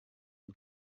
und